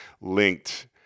linked